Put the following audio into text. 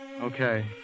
Okay